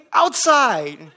outside